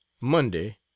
monday